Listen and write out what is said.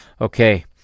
Okay